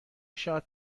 شات